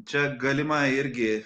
čia galima irgi